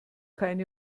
keine